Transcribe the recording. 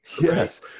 Yes